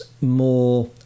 more